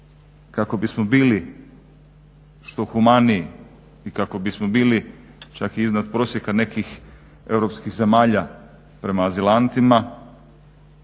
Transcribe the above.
kako bismo bili što humaniji i kako bismo bili čak i iznad prosjeka nekih europskih zemalja prema azilantima